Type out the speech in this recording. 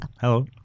Hello